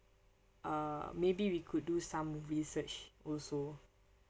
err maybe we could do some research also